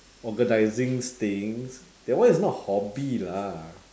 organizing things that one is not hobby lah